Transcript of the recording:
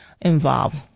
involved